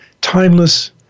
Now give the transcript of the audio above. timeless